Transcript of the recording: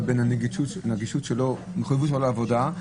בנגישות שלו לעבודה.